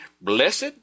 Blessed